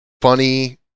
funny